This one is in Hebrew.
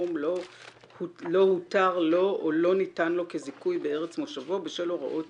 הסכום לא הותר לו או לא ניתן לו כזיכוי בארץ מושבו בשל הוראות